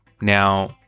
Now